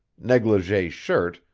negligee shirt,